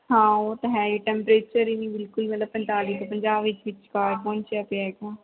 ਹਾਂ ਉਹ ਤਾਂ ਹੈ ਹੀ ਟੈਂਪਰੇਚਰ ਹੀ ਨਹੀਂ ਬਿਲਕੁੱਲ ਮਤਲਬ ਪੰਤਾਲੀ ਤੋਂ ਪੰਜਾਹ ਵਿੱਚ ਵਿਚਕਾਰ ਪਹੁੰਚਿਆ ਪਿਆ ਇਹ ਤਾਂ